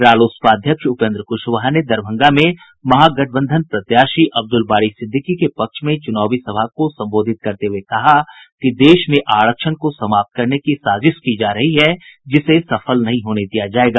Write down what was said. रालोसपा अध्यक्ष उपेन्द्र कुशवाहा ने दरभंगा में महागठबंधन प्रत्याशी अब्दूल बारी सिद्दिकी के पक्ष में चूनावी सभा को संबोधित करते हुए कहा कि देश में आरक्षण को समाप्त करने की साजिश की जा रही है जिसे सफल नहीं होने दिया जायेगा